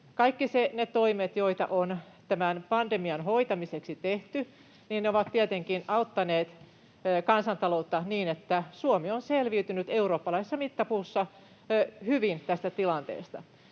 kaikki ne toimet, joita on tämän pandemian hoitamiseksi tehty, ovat tietenkin auttaneet kansantaloutta niin, että Suomi on selviytynyt eurooppalaisessa mittapuussa hyvin tästä tilanteesta.